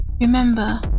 remember